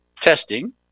testing